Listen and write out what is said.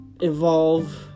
evolve